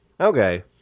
Okay